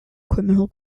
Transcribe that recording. criminal